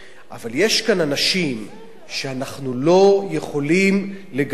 אבל יש כאן אנשים שאנחנו לא יכולים לגרש,